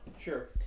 Sure